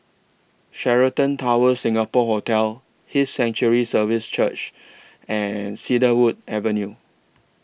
Sheraton Towers Singapore Hotel His Sanctuary Services Church and Cedarwood Avenue